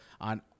On